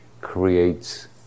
creates